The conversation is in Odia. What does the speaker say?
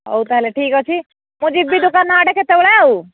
ହଉ ତା'ହେଲେ ଠିକ୍ ଅଛି ମୁଁ ଯିବି ଦୋକାନ ଆଡ଼େ କେତେବେଳେ ଆଉ